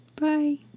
Bye